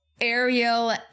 Ariel